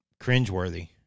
cringeworthy